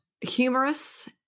humorous